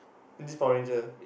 then this Power Ranger